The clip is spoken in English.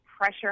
pressure